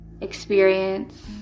experience